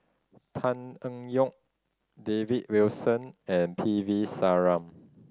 Tan Eng Yoon David Wilson and P V Sharma